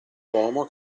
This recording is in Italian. uomo